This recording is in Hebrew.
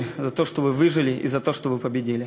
תודה.